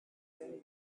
year